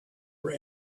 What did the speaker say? were